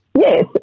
Yes